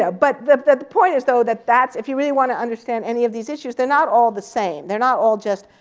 yeah but the point is, though, that's if you really want to understand any of these issues, they're not all the same. they're not all just,